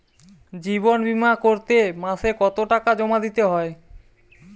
জীবন বিমা করতে মাসে কতো টাকা জমা দিতে হয়?